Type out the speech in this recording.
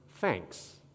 thanks